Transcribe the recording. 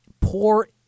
poor